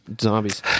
zombies